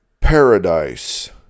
Paradise